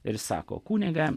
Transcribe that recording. ir sako kunige